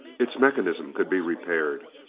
its mechanism could be repaired.